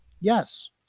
yes